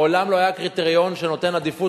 מעולם לא היה קריטריון שנותן עדיפות